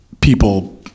people